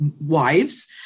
wives